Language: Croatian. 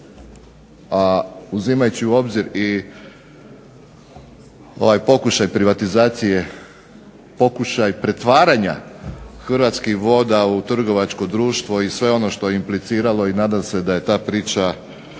a uzimajući u obzir i ovaj pokušaj privatizacije, pokušaj pretvaranja Hrvatskih voda u trgovačko društvo i sve ono što je impliciralo i nadam se da je ta priča